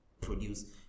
produce